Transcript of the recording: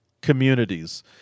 communities